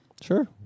Sure